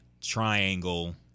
triangle